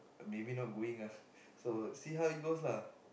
maybe not going lah so see how it goes lah